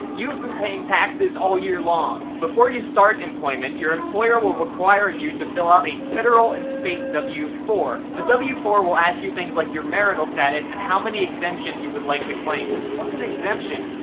you've been paying taxes all year long. before you start employment, your employer will require you to fill out a federal and state w four. the w four will ask you things like your marital status, and how many exemptions you would like to claim. what's an exemption?